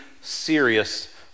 serious